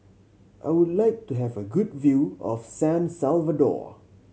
I would like to have a good view of San Salvador